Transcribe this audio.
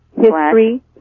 history